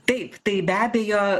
taip tai be abejo